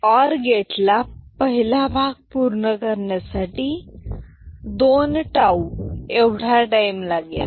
XOR गेटला पहिला भाग पूर्ण करण्यासाठी 2 टाऊ एवढा टाईम लागेल